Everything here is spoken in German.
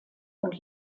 und